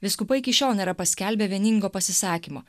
vyskupai iki šiol nėra paskelbę vieningo pasisakymo